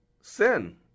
Sin